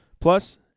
plus